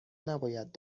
نباید